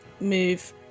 move